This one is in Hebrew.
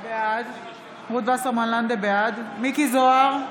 בעד מכלוף מיקי זוהר,